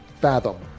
fathom